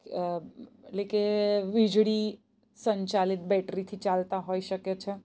એટલે કે એટલે કે વીજળી સંચાલિત બેટરીથી ચાલતાં હોઈ શકે છે